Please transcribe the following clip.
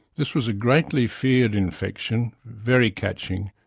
this was a greatly feared infection, very catching,